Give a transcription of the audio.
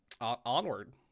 Onward